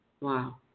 Wow